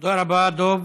תודה רבה, דב.